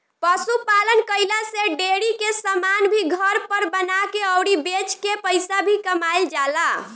पशु पालन कईला से डेरी के समान भी घर पर बना के अउरी बेच के पईसा भी कमाईल जाला